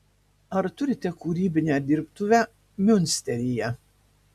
ar turite kūrybinę dirbtuvę miunsteryje